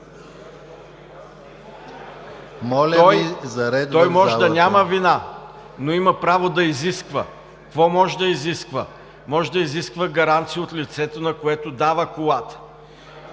Той може да няма вина, но има право да изисква. Какво може да изисква? Може да изисква гаранции от лицето, на което дава колата